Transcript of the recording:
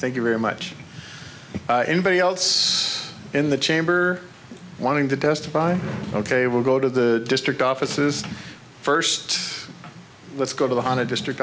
thank you very much anybody else in the chamber wanting to testify ok we'll go to the district offices first let's go to the hon a district